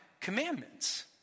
commandments